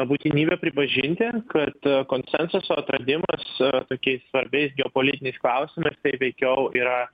būtinybė pripažinti kad konsensuso atradimas tokiais svarbiais geopolitiniais klausimais tai veikiau yra